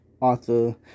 author